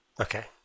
Okay